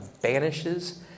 banishes